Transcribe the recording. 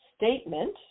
Statement